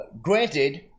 granted